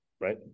right